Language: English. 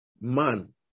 man